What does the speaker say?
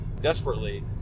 desperately